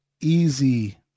easy